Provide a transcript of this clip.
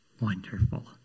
Wonderful